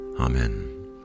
Amen